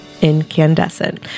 Incandescent